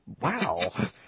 wow